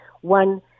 one